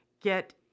get